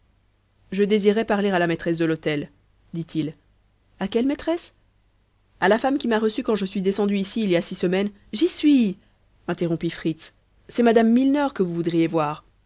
je désirerais parler à la maîtresse de l'hôtel dit-il à quelle maîtresse à la femme qui m'a reçu quand je suis descendu ici il y a six semaines j'y suis interrompit fritz c'est mme milner que vous voudriez voir